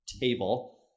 table